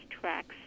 tracks